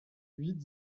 huit